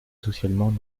socialement